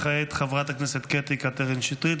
כעת חברת הכנסת קטי קטרין שטרית.